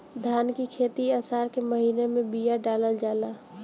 धान की खेती आसार के महीना में बिया डालल जाला?